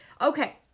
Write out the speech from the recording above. Okay